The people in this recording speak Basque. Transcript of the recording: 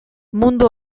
mundu